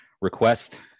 request